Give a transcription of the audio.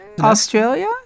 Australia